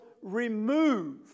remove